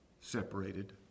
separated